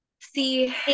See